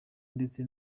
ndetse